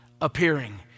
appearing